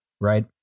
Right